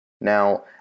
Now